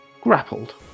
grappled